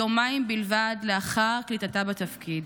יומיים בלבד לאחר קליטתה בתפקיד.